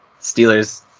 Steelers